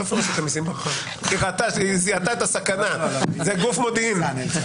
היא זיהתה את הסכנה, זה גוף מודיעין.